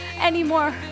anymore